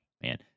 man